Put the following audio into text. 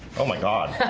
oh my god